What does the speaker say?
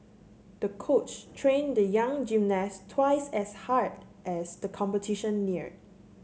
the coach trained the young gymnast twice as hard as the competition neared